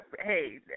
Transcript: hey